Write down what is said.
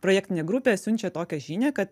projektinė grupė siunčia tokią žinią kad